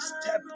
step